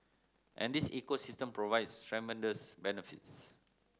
and this ecosystem provides tremendous benefits